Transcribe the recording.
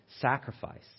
sacrifice